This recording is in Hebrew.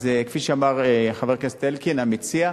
אז כפי שאמר חבר הכנסת אלקין המציע,